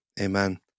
Amen